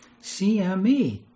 CME